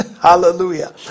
Hallelujah